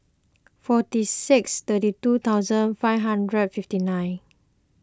forty six thirty two thousand five hundred fifty nine